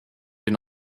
den